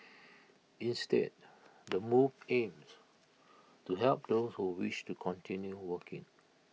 instead the move aims to help those who wish to continue working